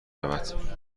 رود